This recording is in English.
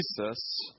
Jesus